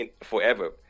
forever